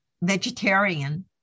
vegetarian